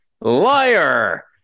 liar